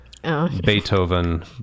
beethoven